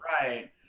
right